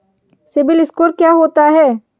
CIBIL score क्या होता है?